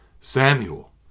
Samuel